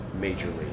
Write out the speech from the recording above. majorly